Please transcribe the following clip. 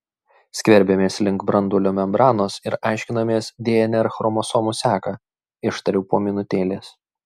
skverbiamės link branduolio membranos ir aiškinamės dnr chromosomų seką ištariau po minutėlės